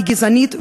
היא גזענית,